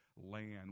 land